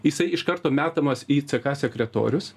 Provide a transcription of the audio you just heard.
jisai iš karto metamas į ck sekretorius